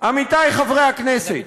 עמיתי חברי הכנסת.